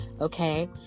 okay